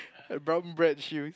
brown bread shoe